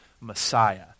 Messiah